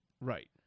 Right